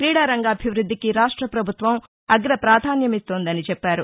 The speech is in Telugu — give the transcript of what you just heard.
క్రీడా రంగాభివృద్ధికి రాష్ట్ర ప్రభుత్వం అగ్ర ప్రాధాన్యమిస్తోందని చెప్పారు